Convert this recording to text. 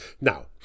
Now